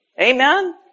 Amen